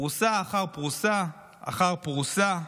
פרוסה אחר פרוסה אחר פרוסה.